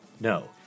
No